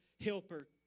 helper